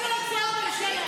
נתניהו כבר אמר שזה לא יהיה.